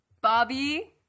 Bobby